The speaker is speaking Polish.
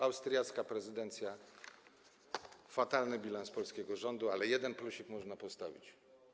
Austriacka prezydencja to fatalny bilans polskiego rządu, ale jeden plusik można postawić.